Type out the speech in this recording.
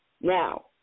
Now